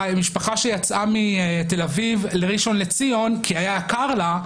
שמשפחה שיצאה מתל-אביב לראשון לציון כי היה לה יקר,